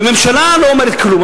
והממשלה לא אומרת כלום.